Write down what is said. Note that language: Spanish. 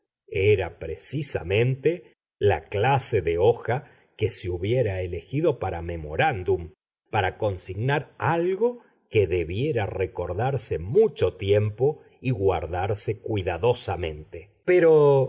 era precisamente la clase de hoja que se hubiera elegido para memorándum para consignar algo que debiera recordarse mucho tiempo y guardarse cuidadosamente pero